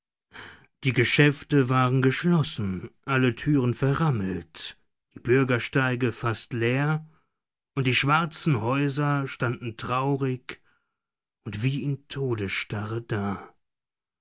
die geschäfte waren geschlossen alle türen verrammelt die bürgersteige fast leer und die schwarzen häuser standen traurig und wie in todesstarre da